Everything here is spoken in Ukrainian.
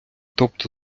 тобто